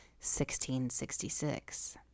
1666